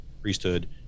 priesthood